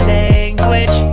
language